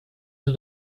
yüz